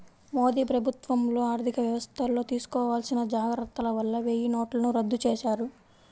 మోదీ ప్రభుత్వంలో ఆర్ధికవ్యవస్థల్లో తీసుకోవాల్సిన జాగర్తల వల్ల వెయ్యినోట్లను రద్దు చేశారు